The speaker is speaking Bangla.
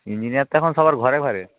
ইঞ্জিনিয়ার তো এখন সবার ঘরে ঘরে